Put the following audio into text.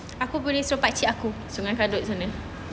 sungai kadut sana